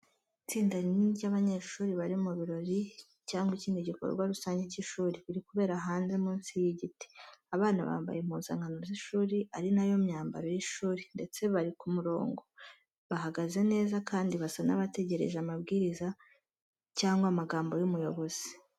Itsinda rinini ry’abanyeshuri bari mu birori cyangwa ikindi gikorwa rusange cy’ishuri, biri kubera hanze munsi y’igiti. Abana bambaye impuzankano z’ishuri ari yo myambaro y’ishuri, ndetse babaye ku murongo, bihagaze neza kandi basa n'abategereje amabwiriza cyangwa amagambo y’umuyobozi.